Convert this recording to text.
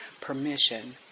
permission